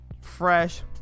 fresh